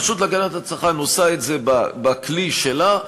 הרשות להגנת הצרכן עושה את זה בכלי שלה,